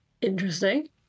Interesting